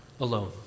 alone